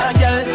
girl